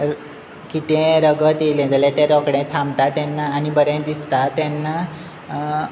कितें रगत येयलें जाल्यार तें रोखडें थांबता तेन्ना आनी बरें दिसता तेन्ना